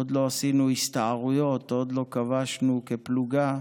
עוד לא עשינו הסתערויות, עוד לא כבשנו כפלוגה,